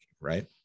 right